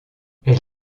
elle